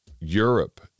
Europe